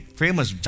famous